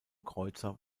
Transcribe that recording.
kreuzer